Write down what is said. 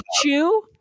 chew